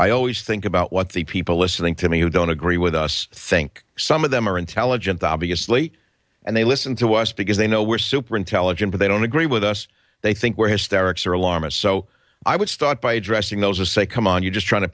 i always think about what the people listening to me who don't agree with us think some of them are intelligent obviously and they listen to us because they know we're super intelligent but they don't agree with us they think we're hysterics or alarmist so i would start by addressing those who say come on you're just trying to